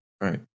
right